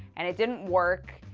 and it didn't work,